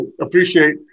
appreciate